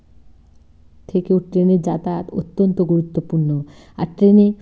থেকেও ট্রেনে যাতায়াত অত্যন্ত গুরুত্বপূর্ণ আর ট্রেনে